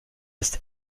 ist